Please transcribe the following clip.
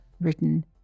written